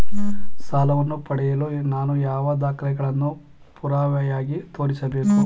ಸಾಲವನ್ನು ಪಡೆಯಲು ನಾನು ಯಾವ ದಾಖಲೆಗಳನ್ನು ಪುರಾವೆಯಾಗಿ ತೋರಿಸಬೇಕು?